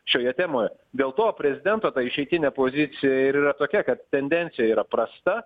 šioje temoje dėl to prezidento išeitinė pozicija ir yra tokia kad tendencija yra prasta